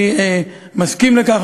אני מסכים לכך.